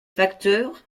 facteurs